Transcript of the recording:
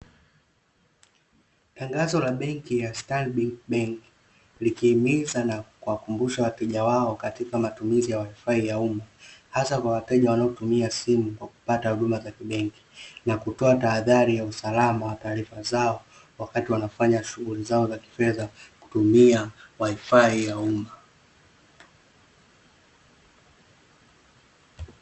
Tangazo la benki ya "Stanbic Bank", likihimiza na kuwakumbusha wateja wao katika matumizi ya waifai ya umma, hasa kwa wateja wanaotumia simu kwa kupata huduma za kibenki. Na kutoa tahadhari ya usalama wa taarifa zao wakati wanafanya shughuli zao za kifedha kutumia waifai ya umma.